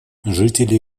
жители